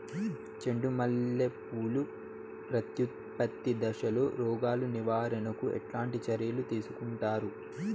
చెండు మల్లె పూలు ప్రత్యుత్పత్తి దశలో రోగాలు నివారణకు ఎట్లాంటి చర్యలు తీసుకుంటారు?